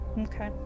Okay